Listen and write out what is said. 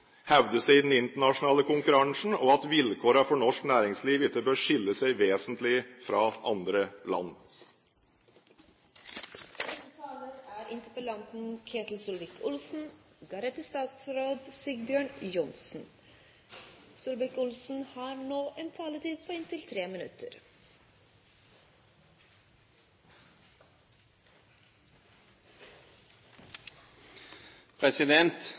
i den internasjonale konkurransen, og at vilkårene for norsk næringsliv ikke bør skille seg vesentlig fra andre